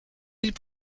ils